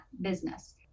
business